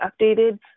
updated